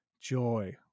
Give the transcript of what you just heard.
joy